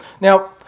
Now